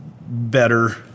better